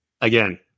again